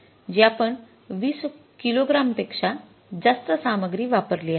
जी आपण २० किलोग्रॅम पेक्षा जास्त सामग्री वापरली आहे